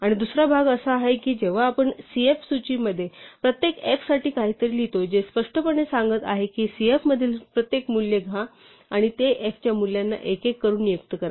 आणि दुसरा भाग असा आहे की जेव्हा आपण cf सूचीमध्ये प्रत्येक f साठी काहीतरी लिहितो जे स्पष्टपणे सांगत आहे की cf मधील प्रत्येक मूल्य घ्या आणि ते f च्या मूल्यांना एक एक करून नियुक्त करा